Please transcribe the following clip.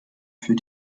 für